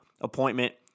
appointment